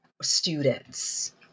students